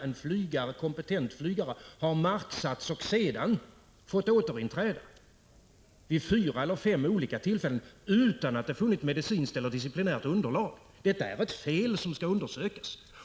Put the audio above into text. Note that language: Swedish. En kompetent flygare har marksatts och sedan fått återinträda vid fyra eller fem olika tillfällen utan att det har funnits medicinskt eller disciplinärt underlag. Detta är ett fel som skall undersökas.